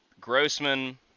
Grossman